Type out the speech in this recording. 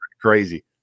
crazy